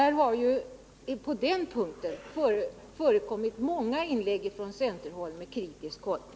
På den punkten har det förekommit många inlägg i det förgångna från centerhåll med kritisk hållning.